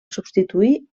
substituí